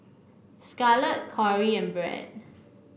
Scarlet Corey and Brad